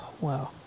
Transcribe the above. Wow